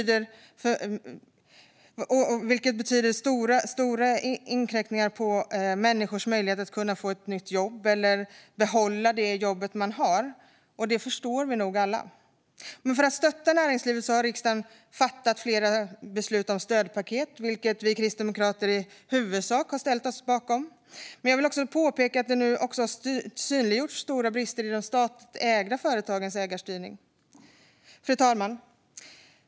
Det betyder stora inskränkningar för människors möjlighet att få ett nytt jobb eller behålla det jobb de har. Det förstår vi alla. För att stötta näringslivet har riksdagen beslutat om flera stödpaket, vilka vi kristdemokrater i huvudsak har ställt oss bakom. Jag vill dock påpeka att det nu har synliggjorts stora brister i de statligt ägda företagens ägarstyrning. Fru talman!